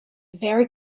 very